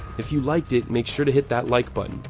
if you liked it, make sure to hit that like button,